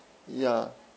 ya